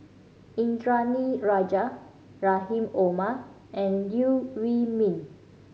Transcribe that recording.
Indranee Rajah Rahim Omar and Liew Wee Mee